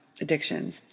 addictions